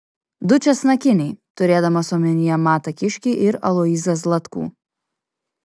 du česnakiniai turėdamas omenyje matą kiškį ir aloyzą zlatkų